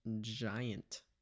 giant